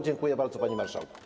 Dziękuję bardzo, panie marszałku.